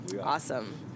Awesome